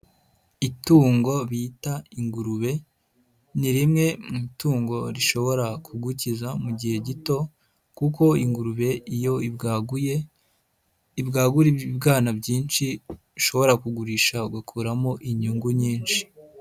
Itungo bita ingurube, ni rimwe mu itungo rishobora kugukiza mu gihe gito kuko ingurube iyo ibwaguye ibwabura ibibwana byinshi, ushobora kugurisha ugakuramo inyungu nyinshi.